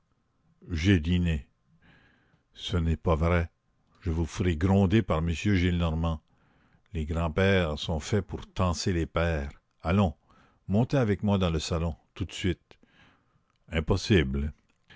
j'ai dîné ce n'est pas vrai je vous ferai gronder par monsieur gillenormand les grands-pères sont faits pour tancer les pères allons montez avec moi dans le salon tout de suite impossible